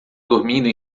dormindo